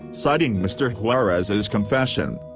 citing mr. juarez's confession.